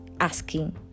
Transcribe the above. asking